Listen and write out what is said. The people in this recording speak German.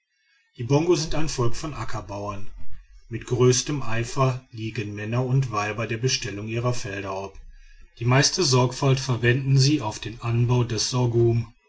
die bongo sind ein volk von ackerbauern mit großem eifer liegen männer und weiber der bestellung ihrer felder ob die meiste sorgfalt verwenden sie auf den anbau den